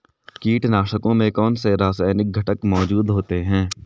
कीटनाशकों में कौनसे रासायनिक घटक मौजूद होते हैं?